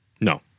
No